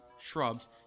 shrubs